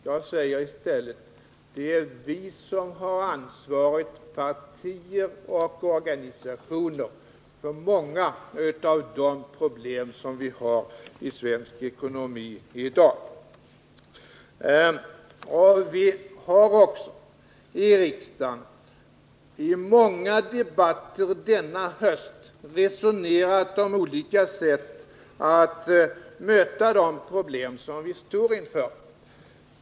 Jag säger i stället: Det är vi, partier och organisationer, som bär ansvaret för många av de problem som vi har i svensk ekonomi i dag. Vi har också i riksdagen i många debatter denna höst resonerat om olika sätt att möta de problem som vi står inför.